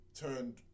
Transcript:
turned